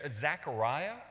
Zechariah